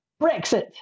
Brexit